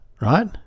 right